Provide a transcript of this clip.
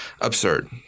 absurd